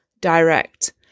direct